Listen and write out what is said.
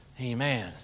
Amen